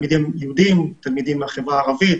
תלמידים יהודים, תלמידים מהחברה הערבית.